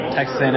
Texas